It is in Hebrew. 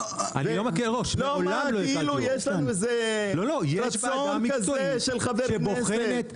כאילו יש כאן רצון כזה של חבר כנסת?